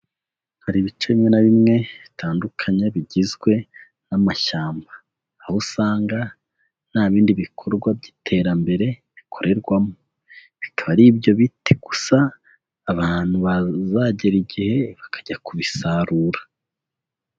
Hari ibice bimwe na bimwe bitandukanye bigizwe n'amashyamba, aho usanga nta bindi bikorwa by'iterambere bikorerwamo, bikaba ari ibyo biti gusa, abantu bazagera igihe bakajya kubisarura.